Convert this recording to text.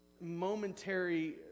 momentary